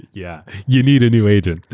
yeah you need a new agent,